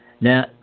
Now